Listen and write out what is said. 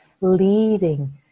leading